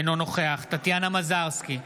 אינו נוכח טטיאנה מזרסקי,